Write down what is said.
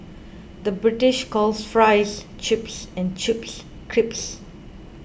the British calls Fries Chips and Chips Crisps